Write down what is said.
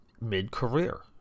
mid-career